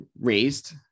raised